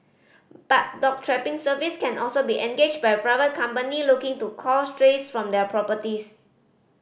but dog trapping service can also be engaged by a private company looking to cull strays from their properties